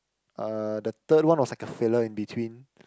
uh the third one was like a filler in between